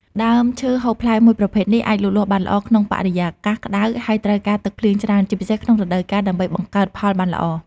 ដើមឈើហូបផ្លែមួយប្រភេទនេះ អាចលូតលាស់បានល្អក្នុងបរិយាកាសក្ដៅ ហើយត្រូវការទឹកភ្លៀងច្រើន ជាពិសេសក្នុងរដូវវស្សា ដើម្បីបង្កើតផលបានល្អ។